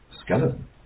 skeleton